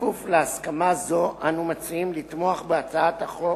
ובכפוף להסכמה זו, אנו מציעים לתמוך בהצעת החוק